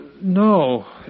No